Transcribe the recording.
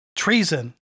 Treason